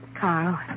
Carl